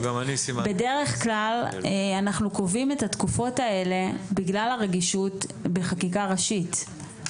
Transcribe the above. בדרך כלל אנחנו קובעים את התקופות האלה בגלל הרגישות בחקיקה ראשית,